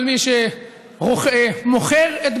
גם בירושלים היא מהלכת אימים על מי שמוכר את ביתו.